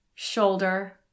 Shoulder